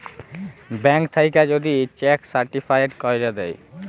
bank থ্যাইকে যদি cheque certified ক্যইরে দ্যায়